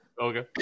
Okay